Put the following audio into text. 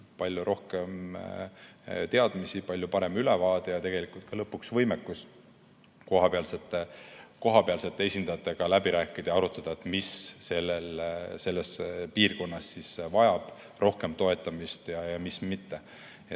palju rohkem teadmisi, palju parem ülevaade ning tegelikult lõpuks ka võimekus kohapealsete esindajatega läbi rääkida ja arutada, mis selles piirkonnas vajab rohkem toetamist ja mis mitte.